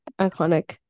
Iconic